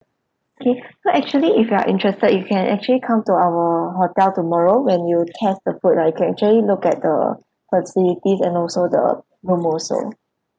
okay so actually if you are interested you can actually come to our hotel tomorrow when you test the food right you can actually look at the facilities and also the ballroom also